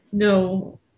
No